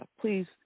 please